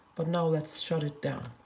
but now let's shut it down.